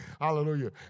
Hallelujah